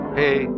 hey